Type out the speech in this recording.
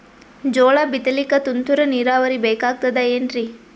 ಜೋಳ ಬಿತಲಿಕ ತುಂತುರ ನೀರಾವರಿ ಬೇಕಾಗತದ ಏನ್ರೀ?